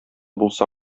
булса